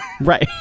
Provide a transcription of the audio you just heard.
Right